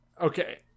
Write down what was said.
Okay